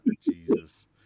jesus